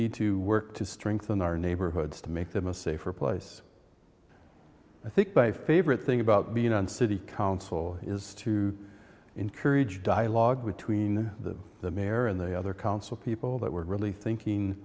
need to work to strengthen our neighborhoods to make them a safer place i think my favorite thing about being on city council is to encourage dialogue between the the mayor and the other council people that we're really thinking